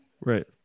Right